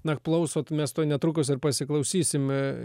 na klausot mes tuoj netrukus ir pasiklausysime